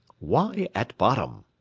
why at bottom?